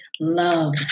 love